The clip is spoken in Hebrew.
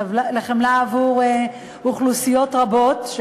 לחמלה לאוכלוסיות רבות,